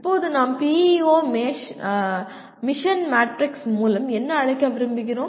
இப்போது நாம் PEO mission matrix மூலம் என்ன அழைக்க விரும்புகிறோம்